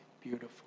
beautiful